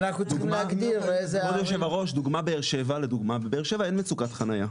דוגמא באר שבע בבאר שבע אין מצוקת חניה,